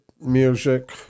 music